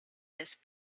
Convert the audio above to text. this